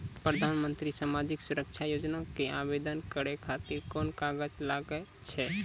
प्रधानमंत्री समाजिक सुरक्षा योजना के आवेदन करै खातिर कोन कागज लागै छै?